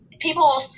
people